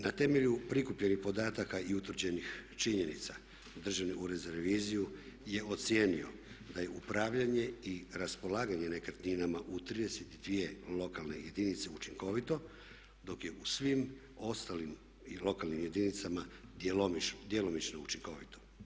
Na temelju prikupljenih podataka i utvrđenih činjenica Državni ured za reviziju je ocijenio da je upravljanje i raspolaganje nekretninama u 32 lokalne jedinice učinkovito dok je u svim ostalim lokalnim jedinicama djelomično učinkovito.